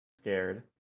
Scared